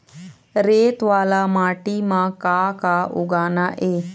रेत वाला माटी म का का उगाना ये?